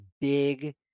big